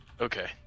Okay